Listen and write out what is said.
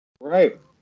Right